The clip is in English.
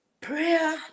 Prayer